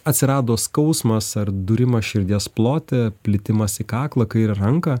atsirado skausmas ar dūrimas širdies plote plitimas į kaklą kairę ranką